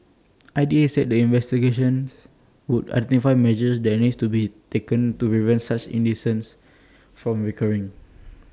I D A said the investigations would identify measures that needs to be taken to prevent such incidents from recurring